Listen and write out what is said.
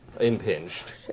impinged